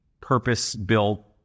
purpose-built